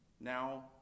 now